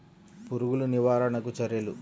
పురుగులు నివారణకు చర్యలు?